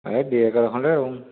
ଏ ଦୁଇ ଏକର ଖଣ୍ଡେ ଆଉ